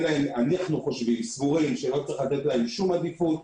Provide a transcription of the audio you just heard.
אנחנו סבורים שלא צריך לתת להם שום עדיפות.